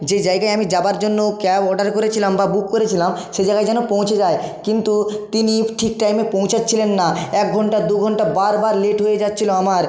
যে জায়গায় আমি যাওয়ার জন্য ক্যাব অর্ডার করেছিলাম বা বুক করেছিলাম সে জায়গায় যেন পৌঁছে যাই কিন্তু তিনি ঠিক টাইমে পৌঁছাচ্ছিলেন না এক ঘণ্টা দু ঘণ্টা বার বার লেট হয়ে যাচ্ছিল আমার